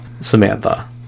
samantha